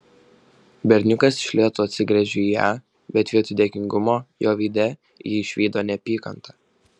berniukas iš lėto atsigręžė į ją bet vietoj dėkingumo jo veide ji išvydo neapykantą